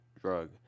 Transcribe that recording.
drug